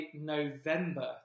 November